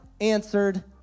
answered